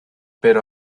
pero